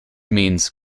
means